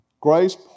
Grace